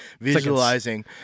visualizing